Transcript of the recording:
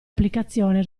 applicazione